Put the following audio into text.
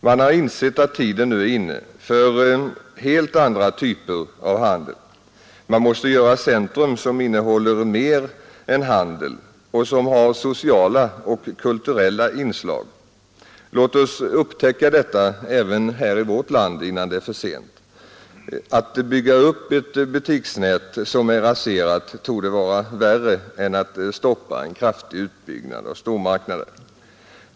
Man har insett att tiden nu är inne för helt andra typer av handel. Man måste göra centra som innehåller mer än handel och som har sociala och kulturella inslag. Låt oss upptäcka detta även här i vårt land innan det är för sent. Att bygga upp ett butiksnät som är raserat torde vara värre än att stoppa en kraftig utbyggnad av stormarknader.